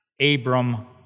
Abram